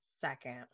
second